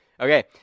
Okay